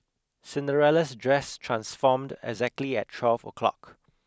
Cinderella's dress transformed exactly at twelve o'clock